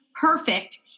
perfect